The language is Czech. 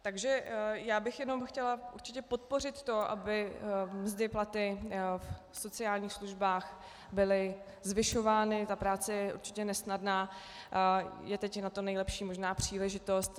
Takže já bych jenom chtěla určitě podpořit to, aby mzdy a platy v sociálních službách byly zvyšovány, ta práce je určitě nesnadná, je teď na to nejlepší možná příležitost.